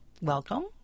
Welcome